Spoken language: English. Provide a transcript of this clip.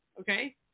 okay